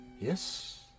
yes